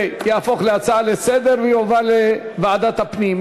זה יהפוך להצעה לסדר-היום, ויעבור לוועדת הפנים.